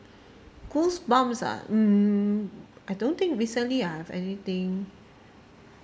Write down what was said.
goosebumps ah mm I don't think recently I have anything